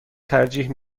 ترجیح